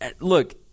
look